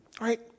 right